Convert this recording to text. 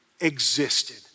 existed